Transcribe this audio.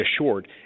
assured